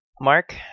Mark